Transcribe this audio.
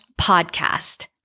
podcast